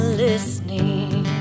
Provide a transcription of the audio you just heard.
listening